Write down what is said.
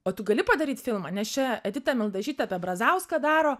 o tu gali padaryt filmą nes čia edita mildažytė apie brazauską daro